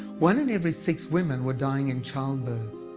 one in every six women were dying in child birth.